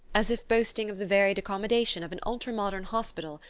as if boasting of the varied accommodation of an ultra-modern hospital,